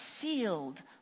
sealed